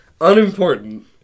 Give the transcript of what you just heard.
Unimportant